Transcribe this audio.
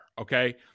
okay